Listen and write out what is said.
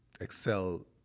excel